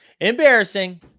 Embarrassing